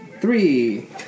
Three